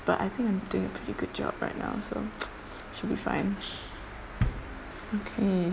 but I think I'm doing a pretty good job right now so should be fine okay